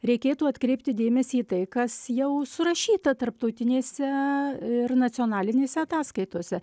reikėtų atkreipti dėmesį į tai kas jau surašyta tarptautinėse ir nacionalinėse ataskaitose